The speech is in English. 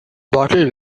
bottle